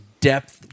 depth